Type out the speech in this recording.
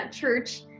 church